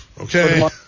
Okay